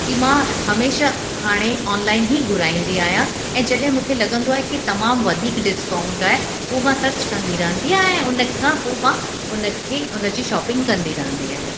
की मां हमेशा हाणे ऑनलाइन ई घुराईंदी आहियां ऐं जॾहिं मूंखे लॻंदो आहे की तमामु वधीक डिस्काउंट आहे उहो मां सर्च कंदी रहंदी आहियां उन खां पोइ मां उन खे उन जी शॉपिंग कंदी रहंदी आहियां